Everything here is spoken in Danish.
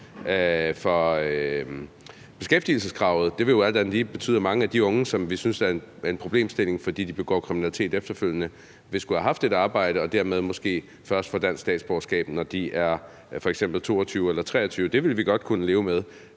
for beskæftigelseskravet. Det vil jo alt andet lige betyde, at mange af de unge, som vi synes er et problem, fordi de begår kriminalitet efterfølgende, vil skulle have haft et arbejde og dermed måske først får dansk statsborgerskab, når de f.eks. bliver 22 eller 23 år. Det ville vi godt kunne leve med